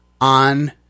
on